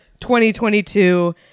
2022